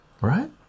right